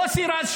מוסי רז,